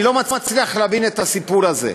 אני לא מצליח להבין את הסיפור הזה.